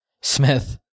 Smith